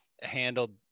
handled